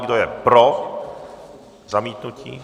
Kdo je pro zamítnutí?